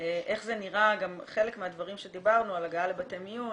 איך זה נראה חלק מהדברים שדיברנו על הגעה למיון,